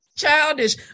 childish